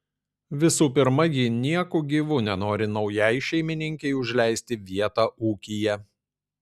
visų pirma ji nieku gyvu nenori naujai šeimininkei užleisti vietą ūkyje